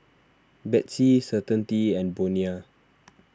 Betsy Certainty and Bonia